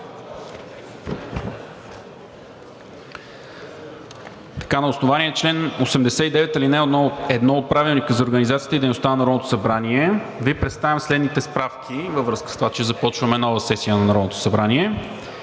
На основание чл. 89, ал. 1 от Правилника за организацията и дейността на Народното събрание Ви представям следните справки във връзка с това, че започваме нова сесия на Народното събрание.